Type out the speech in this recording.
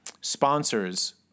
sponsors